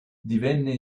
divenne